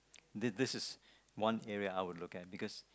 this this is this is one area I would look at because